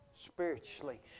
spiritually